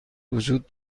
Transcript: وجود